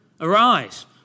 Arise